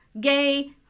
gay